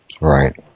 Right